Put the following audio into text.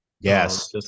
Yes